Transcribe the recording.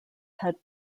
had